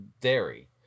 dairy